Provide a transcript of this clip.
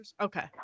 okay